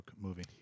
movie